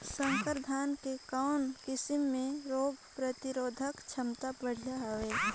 संकर धान के कौन किसम मे रोग प्रतिरोधक क्षमता बढ़िया हवे?